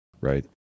right